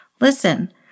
Listen